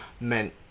meant